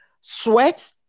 sweat